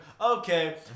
okay